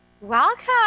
Welcome